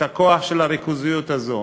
את הכוח של הריכוזיות הזו.